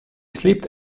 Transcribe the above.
slipped